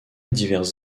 divers